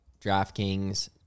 DraftKings